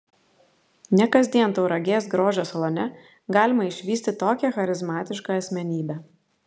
ne kasdien tauragės grožio salone galima išvysti tokią charizmatišką asmenybę